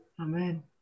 Amen